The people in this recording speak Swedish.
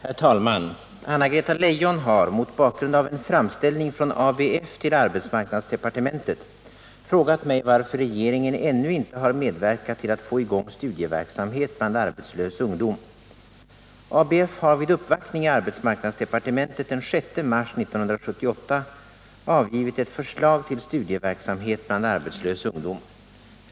Herr talman! Anna-Greta Leijon har, mot bakgrund av en framställning från ABF till arbetsmarknadsdepartementet, frågat mig 'varför regeringen ännu inte har medverkat till att få i gång studieverksamhet bland arbetslös ungdom. ABF har vid uppvaktning i arbetsmarknadsdepartementet den 6 mars 1978 avgivit ett förslag till studieverksamhet bland arbetslös ungdom.